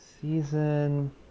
Season